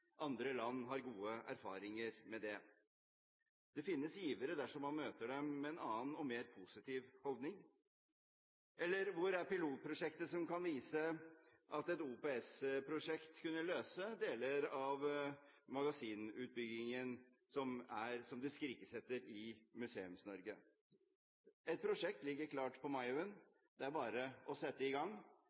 Andre land har gode erfaringer med det. Det finnes givere dersom man møter dem med en annen og mer positiv holdning. Hvor er pilotprosjektet som kan vise at et OPS-prosjekt kunne løst deler av den magasinutbyggingen som det skrikes etter i Museums-Norge? Et prosjekt ligger klart på Maihaugen, det er bare å sette i gang.